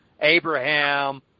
Abraham